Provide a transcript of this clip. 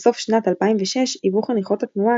בסוף שנת 2006 היוו חניכות התנועה